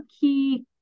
key